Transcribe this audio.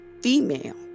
female